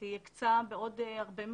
אין לה כסף.